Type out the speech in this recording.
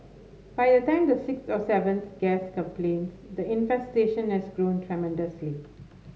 by the time the sixth or seventh guest complains the infestation has grown tremendously